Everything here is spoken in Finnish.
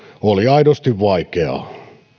oli aidosti vaikeaa